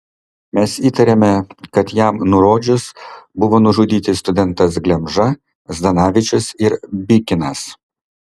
mes įtarėme kad jam nurodžius buvo nužudyti studentas glemža zdanavičius ir bikinas